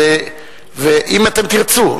אם אתם תרצו.